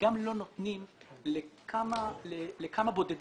וגם לא נותנים לכמה בודדים.